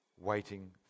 waiting